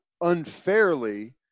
unfairly